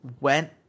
went